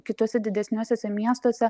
kituose didesniuosiuose miestuose